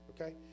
Okay